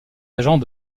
agents